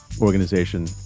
organization